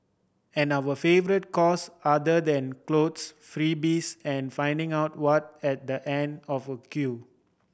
and our favourite cause other than clothes freebies and finding out what at the end of a queue